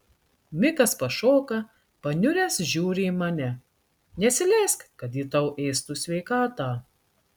mikas pašoka paniuręs žiūri į mane nesileisk kad ji tau ėstų sveikatą